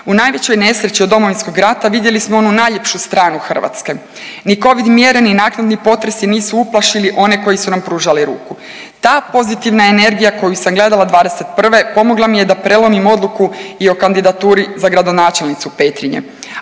U najvećoj nesreći od Domovinskog rata vidjeli smo onu najljepšu stranu Hrvatske, ni covid mjere, ni naknadni potresi nisu uplašili one koji su nam pružali ruku. Ta pozitivna energija koju sam gledala '21. pomogla mi je da prelomim odluku i o kandidaturi za gradonačelnicu Petrinje,